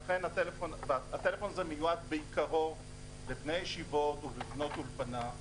לכן הטלפון הזה מיועד בעיקרו לבני ישיבות ולבנות אולפנה,